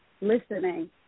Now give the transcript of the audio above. listening